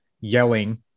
yelling